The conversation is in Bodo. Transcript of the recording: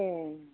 ए